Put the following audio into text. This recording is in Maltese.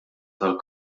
tal